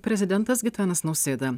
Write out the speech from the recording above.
prezidentas gitanas nausėda